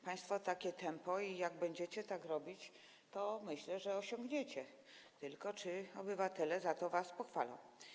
Państwo takie tempo, jak będziecie tak robić, to osiągniecie, tylko czy obywatele za to was pochwalą?